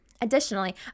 Additionally